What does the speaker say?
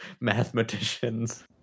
mathematicians